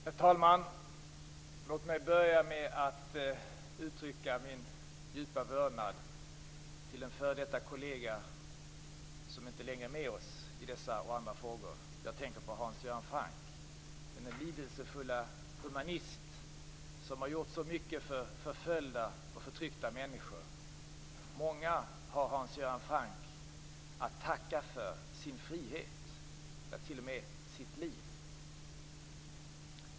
Herr talman! Låt mig börja med att uttrycka min djupa vördnad för en f.d. kollega som inte längre är med oss i dessa och andra frågor. Jag tänker på Hans Göran Franck, denne lidelsefulle humanist, som gjorde så mycket för förföljda och förtryckta människor. Många har Hans Göran Franck att tacka för sin frihet, ja, t.o.m. sitt liv.